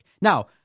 Now